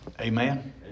Amen